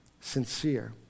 Sincere